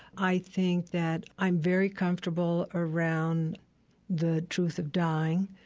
i think that i'm very comfortable around the truth of dying.